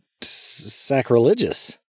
sacrilegious